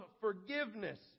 forgiveness